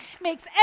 makes